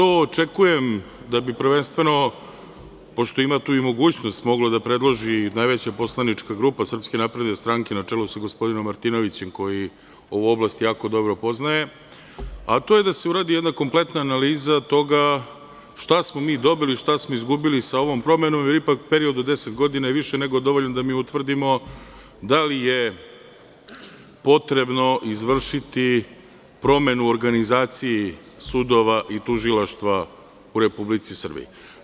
Očekujem da bi to prvenstveno, pošto ima tu i mogućnost, mogla da predloži najveća poslanička grupa SNS, na čelu sa gospodinom Martinovićem koji ovu oblast jako dobro poznaje, a to je da se uradi jedna kompletna analiza toga šta smo mi dobili, šta smo izgubili sa ovom promenom, jer ipak period od 10 godina je više nego dovoljan da mi utvrdimo da li je potrebno izvršiti promenu u organizaciji sudova i tužilaštva u Republici Srbiji.